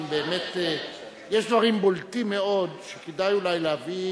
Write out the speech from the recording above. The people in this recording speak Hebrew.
שיש דברים בולטים מאוד שאולי כדאי להביא